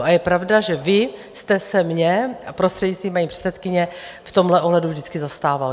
A je pravda, že vy jste se mě, prostřednictvím paní předsedkyně, v tomhle ohledu vždycky zastával.